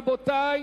רבותי,